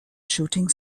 shooting